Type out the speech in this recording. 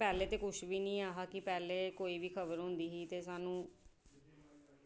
पैह्लें ते कुछ बी निहा कि पैह्लें कोई बी खबर होंदी ते स्हानू